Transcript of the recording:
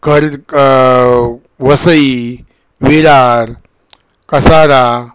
क वसई विरार कसारा